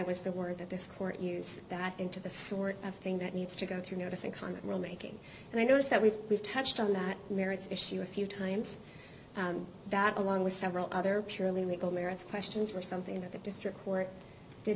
was the word that this court uses that into the sort of thing that needs to go through notice and comment rule making and i notice that we've we've touched on that merits issue a few times that along with several other purely legal merits questions were something that the district court